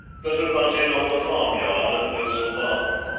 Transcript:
that abutted on the farmyard at mowsle barton.